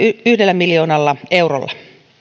yhdellä miljoonalla eurolla